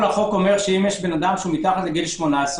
החוק אומר שאם יש אדם שהוא מתחת לגיל 18,